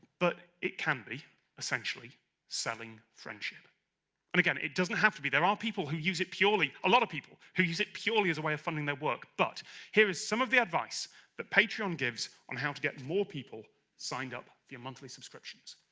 but it can be essentially selling friendship and again it doesn't have to be there are um people who use it purely a lot of people who use it purely as a way of funding their work, but here is some of the advice that patreon gives on how to get more people signed up via monthly subscriptions